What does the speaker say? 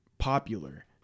popular